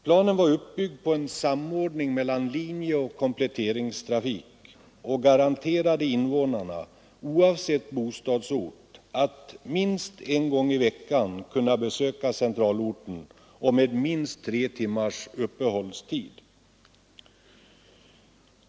Planen var uppbyggd på en samordning mellan linjeoch kompletteringstrafik och garanterade invånarna oavsett bostadsort att en gång i veckan kunna besöka centralorten med minst tre timmars uppehållstid.